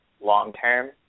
long-term